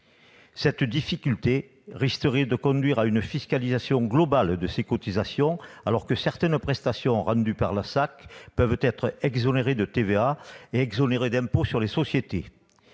Cette difficulté risquerait de conduire à une fiscalisation globale de ces cotisations, alors que certaines prestations rendues par la SAC peuvent être exonérées de TVA et d'impôt sur les sociétés.